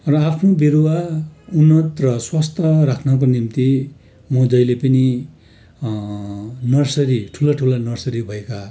र आफ्नो बिरुवा उन्नत र स्वस्थ राख्नको निम्ति म जहिले पनि नर्सरी ठुलो ठुला नर्सरी भएका